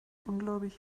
ungläubig